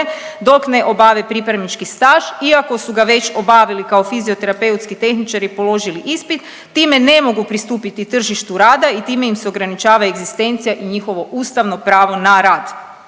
dok ne obave pripravnički staž iako su ga već obavili kao fizioterapeutski tehničari položili ispit, time ne mogu pristupiti tržištu rada i time se ograničava egzistencija i njihovo ustavno pravo na rad.